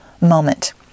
moment